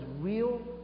real